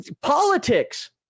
politics